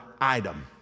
item